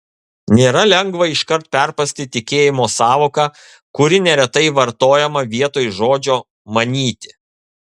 nėra lengva iškart perprasti tikėjimo sąvoką kuri neretai vartojama vietoj žodžio manyti